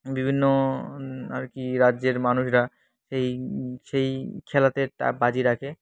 বিভিন্ন আর কি রাজ্যের মানুষরা সেই সেই খেলাতে টা বাজি রাখে